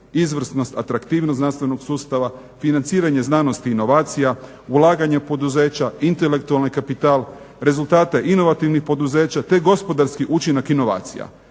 izvrsnost, atraktivnost znanstvenog sustava, financiranje znanosti i inovacija, ulaganje u poduzeća, intelektualni kapital, rezultate inovativnih poduzeća te gospodarski učinak inovacija.